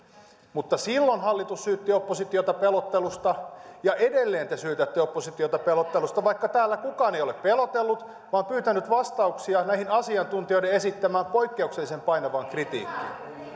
mutta silloin hallitus syytti oppositiota pelottelusta ja edelleen te syytätte oppositiota pelottelusta vaikka täällä kukaan ei ole pelotellut vaan pyytänyt vastauksia tähän asiantuntijoiden esittämään poikkeuksellisen painavaan kritiikkiin